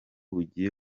bugiye